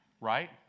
right